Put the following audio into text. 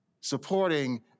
supporting